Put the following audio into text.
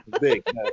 big